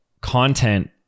content